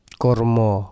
kormo